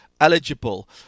eligible